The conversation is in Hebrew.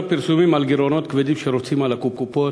לנוכח הפרסומים על גירעונות כבדים שרובצים על הקופות,